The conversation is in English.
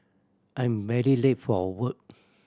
I'm very late for work